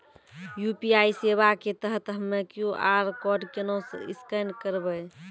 UPI सेवा के तहत हम्मय क्यू.आर कोड केना स्कैन करबै?